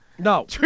No